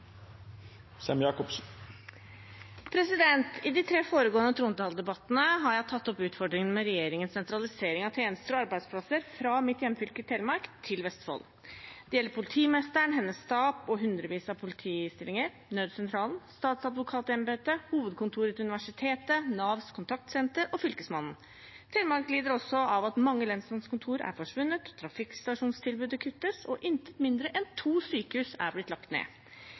I de tre foregående trontaledebattene har jeg tatt opp utfordringene med regjeringens sentralisering av tjenester og arbeidsplasser fra mitt hjemfylke, Telemark, til Vestfold. Det gjelder politimesteren, hennes stab og hundrevis av politistillinger, nødsentralen, statsadvokatembetet, hovedkontoret til universitetet, Navs kontaktsenter og Fylkesmannen. Telemark lider også under at mange lensmannskontor er forsvunnet, at trafikkstasjonstilbudet kuttes, og at intet mindre enn to sykehus er blitt lagt ned.